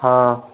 हाँ